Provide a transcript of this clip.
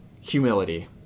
humility